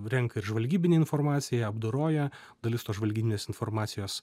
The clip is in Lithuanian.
renka ir žvalgybinę informaciją ją apdoroja dalis tos žvalgybinės informacijos